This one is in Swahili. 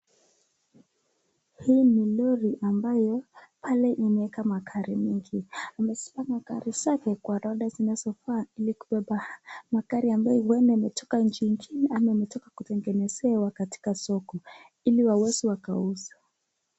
Hii ni lori ambayo pale imewela magari mingi, imeziweka magari zake kwa orodha inayofaa ili kuweza kubeba magari ambayo huenda imetoka nchi ingine ama imetoka kutengenezewa soko ili wakaweze kuuza.